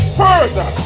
further